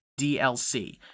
DLC